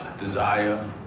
desire